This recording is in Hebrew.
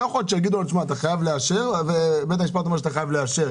לא יכול להיות שיגידו לנו שבית המשפט אומר שאנחנו חייבים לאשר.